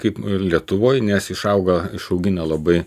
kaip lietuvoj nes išauga išaugina labai